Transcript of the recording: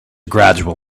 gradual